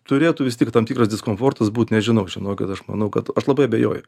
turėtų vistik tam tikras diskomfortas būt nežinau žinokit aš manau kad aš labai abejoju